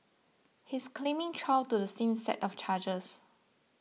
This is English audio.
he is claiming trial to the same set of charges